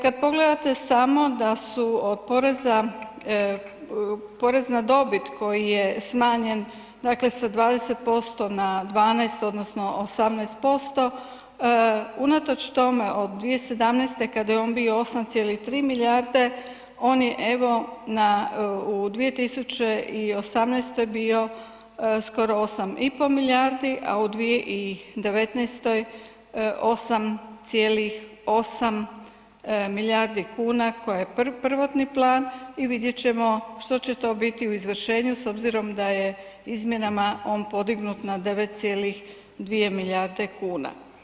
Kad pogledate samo da su od poreza, porez na dobit koji je smanjen dakle sa 20% na 12, odnosno 18%, unatoč tome, od 2017. kad je on bio 8,3 milijarde, on je evo na u 2018. bio skoro 8,5 milijardi, a u 2019. 8,8 milijardi kuna koje je prvotni plan i vidjet ćemo što će to biti u izvršenju s obzirom da je izmjenama on podignut na 9,2 milijarde kuna.